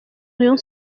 rayon